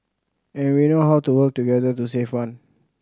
and we know how to work together to save one